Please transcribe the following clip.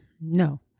no